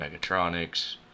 megatronics